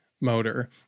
motor